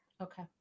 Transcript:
Okay